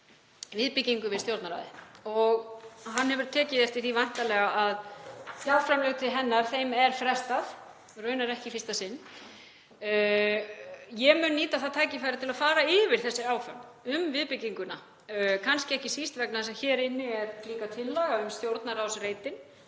viðbyggingu við Stjórnarráðið og hann hefur tekið eftir því væntanlega að fjárframlögum til hennar er frestað, raunar ekki í fyrsta sinn. Ég mun nýta það tækifæri til að fara yfir þessi áform um viðbygginguna, kannski ekki síst vegna þess að hér inni er líka tillaga um Stjórnarráðsreitinn.